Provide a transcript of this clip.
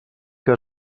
que